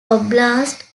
oblast